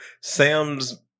sam's